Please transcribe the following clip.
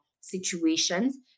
situations